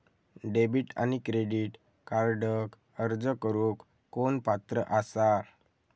Debit आणि credit कार्डक अर्ज करुक कोण पात्र आसा?